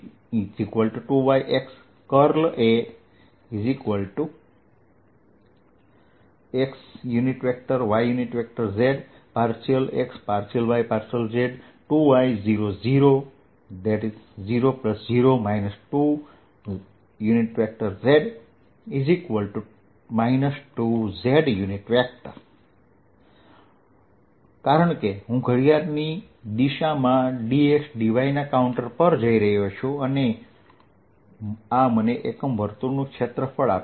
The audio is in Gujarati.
A2yx Ax y z ∂x ∂y ∂z 2y 0 0 00 2z 2z અથવા x y z A ∂x ∂y ∂z 2y 0 0 00 2z 2z કારણ કે હું ઘડિયાળની દિશામાં dx dyના કાઉન્ટર પર જઈ રહ્યો છું અને આ મને એકમ વર્તુળનું ક્ષેત્રફળ આપે છે